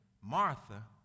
Martha